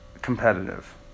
Competitive